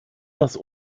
das